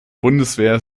bundeswehr